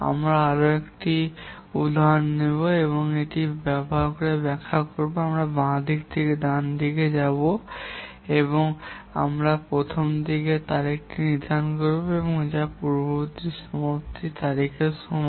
আমরা একটি উদাহরণ নেব এবং এটি কীভাবে করব তা ব্যাখ্যা করব আমরা বাম থেকে ডানে একটি কাজ নেব এবং আমরা এর প্রথম দিকের তারিখটি নির্ধারণ করব যা পূর্ববর্তী সমাপ্তির তারিখের সমান